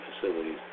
facilities